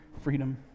freedom